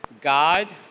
god